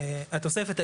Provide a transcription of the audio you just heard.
התוספת,